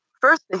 first